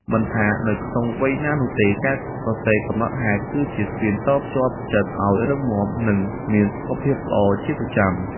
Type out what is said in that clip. មិនថានៅក្នុងវ័យណានោះទេ ការសរសេរកំណត់ហេតុគឺជាស្ពានតភ្ជាប់ចិត្តឱ្យរឹងមាំ និងមានសុខភាពល្អជាប្រចាំ។